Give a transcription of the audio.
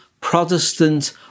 Protestant